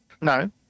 No